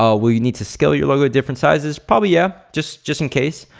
ah will you need to scale your logo different sizes? probably, yeah. just just in case.